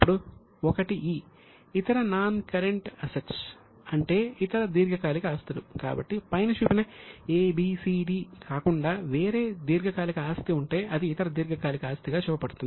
ఇప్పుడు '1 e' ఇతర non current assets అంటే ఇతర దీర్ఘకాలిక ఆస్తులు కాబట్టి పైన చూసిన 'a b c d' కాకుండా వేరే దీర్ఘకాలిక ఆస్తి ఉంటే అది ఇతర దీర్ఘకాలిక ఆస్తిగా చూపబడుతుంది